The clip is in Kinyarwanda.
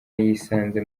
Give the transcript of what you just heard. yisanze